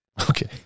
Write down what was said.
Okay